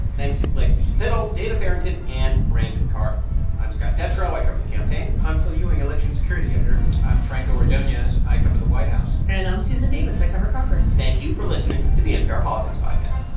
thanks to lexie schapitl, dana farrington and brandon carter i'm scott detrow. i cover the campaign i'm phil ewing, election security editor i'm franco ordonez. i cover the white house and i'm susan davis. i cover congress thank you for listening to the npr politics podcast